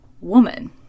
woman